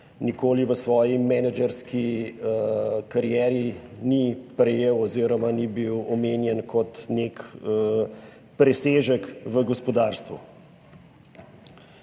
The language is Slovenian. nikoli v svoji menedžerski karieri ni prejel oziroma ni bil omenjen kot nek presežek v gospodarstvu.